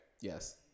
Yes